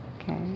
Okay